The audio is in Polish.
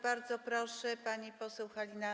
Bardzo proszę, pani poseł Halina.